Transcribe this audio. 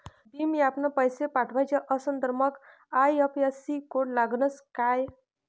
भीम ॲपनं पैसे पाठवायचा असन तर मंग आय.एफ.एस.सी कोड लागनच काय?